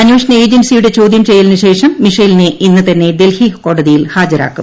അന്വേഷണ ഏജൻസിയുടെ ചോദൃം ചെയ്യലിന് ശേഷം മിഷേലിനെ ഇന്ന് തന്നെ ഡൽഹി കോടതിയിൽ ഹാജരാക്കും